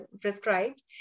prescribed